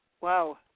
Wow